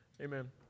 Amen